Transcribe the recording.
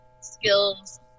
skills